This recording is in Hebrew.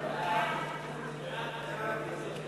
הודעת הממשלה